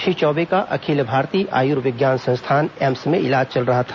श्री चौबे का अखिल भारतीय आयुर्विज्ञान संस्थान एम्स में इलाज चल रहा था